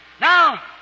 Now